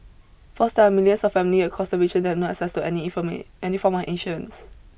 first there are still millions of families across the region that have no access to any any form of insurance